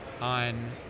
on